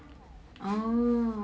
oh